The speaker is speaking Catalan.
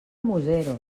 museros